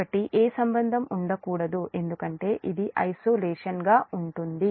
కాబట్టి ఏ సంబంధం ఉండకూడదు ఎందుకంటే ఇది ఒంటరిగా ఉంటుంది